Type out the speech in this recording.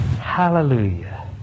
Hallelujah